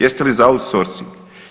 Jeste li za autsorsing?